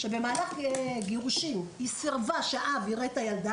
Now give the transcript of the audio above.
במהלך גירושין סירבה שאב יראה את הילדה